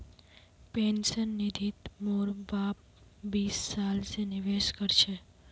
pension निधित मोर बाप बीस साल स निवेश कर छ